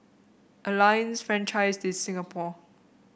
Alliance Francaise de Singapour